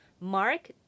Mark